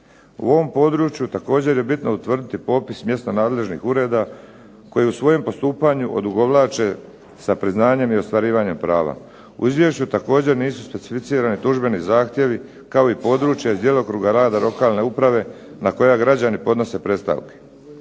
U ovom području također je bitno utvrditi popis mjesta nadležnih ureda, koji u svojem postupanju odugovlače sa priznanjem i ostvarivanjem prava. U izvješću također nisu specificirani tužbeni zahtjevi kao i područja iz djelokruga rada lokalne uprave na koje građani odnose predstavke.